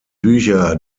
bücher